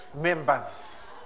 members